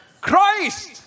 Christ